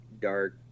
dark